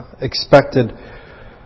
expected